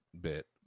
bit